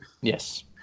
yes